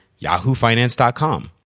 yahoofinance.com